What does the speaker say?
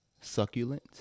Succulent